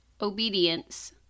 obedience